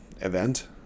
event